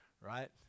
right